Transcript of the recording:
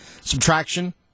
subtraction